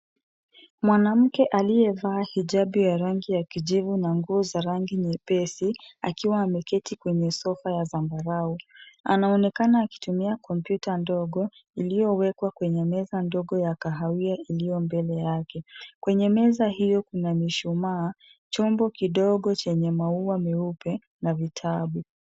Mwanamke aliyevaa hijabu ya rangi ya kijivu na nguo za rangi nyepesi, akiwa ameketi kwenye sofa ya zambarau. Anaonekana akitumia kompyuta ndogo iliyowekwa kwenye meza ndogo ya kahawia iliyo mbele yake. Kwenye meza hiyo, kuna mishumaa, chombo kidogo chenye maua meupe na vitabu.